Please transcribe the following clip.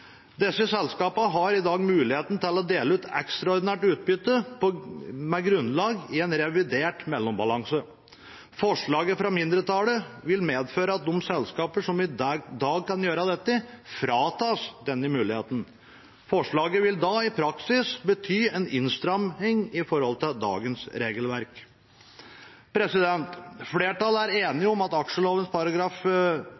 Disse selskapene har i dag mulighet for å dele ut ekstraordinært utbytte med grunnlag i en revidert mellombalanse. Forslaget fra mindretallet vil medføre at de selskapene som i dag kan gjøre dette, fratas denne muligheten. Forslaget vil da i praksis bety en innstramming i forhold til dagens regelverk. Flertallet er